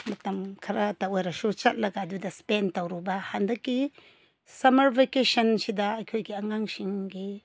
ꯃꯇꯝ ꯈꯔꯇ ꯑꯣꯏꯔꯁꯨ ꯆꯠꯂꯒ ꯑꯗꯨꯗ ꯁ꯭ꯄꯦꯟ ꯇꯧꯔꯨꯕ ꯍꯟꯗꯛꯀꯤ ꯁꯝꯃꯔ ꯕꯦꯀꯦꯁꯟꯁꯤꯗ ꯑꯩꯈꯣꯏꯒꯤ ꯑꯉꯥꯡꯁꯤꯡꯒꯤ